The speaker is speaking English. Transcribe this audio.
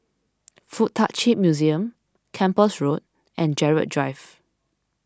Fuk Tak Chi Museum Kempas Road and Gerald Drive